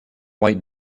white